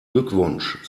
glückwunsch